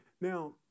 now